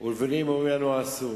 ולבנים אמרים לנו עשו